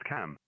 Cam